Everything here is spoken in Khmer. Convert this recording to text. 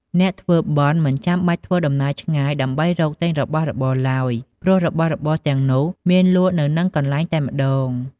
អ្នកធ្វើបុណ្យមិនចាំបាច់ធ្វើដំណើរឆ្ងាយដើម្បីរកទិញរបស់របរឡើយ ព្រោះរបស់របរទាំងនោះមានលក់នៅនឹងកន្លែងតែម្ដង។